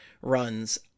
runs